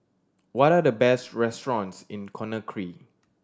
what are the best restaurants in Conakry